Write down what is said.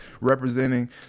representing